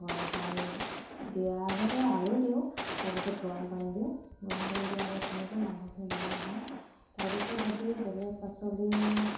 গৰম পানীত দিয়াৰ আগতে আলু দিওঁ তাৰপাছত গৰম পানী দিওঁ গৰম পানী দিয়াৰ আগত তেনেকেই মাংসখিনি বনোৱা হয় তাৰপিছত যদি বেলেগ পাচলি